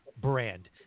brand